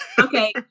Okay